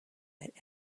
that